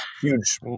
huge